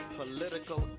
political